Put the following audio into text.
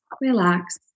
relax